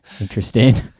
Interesting